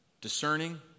discerning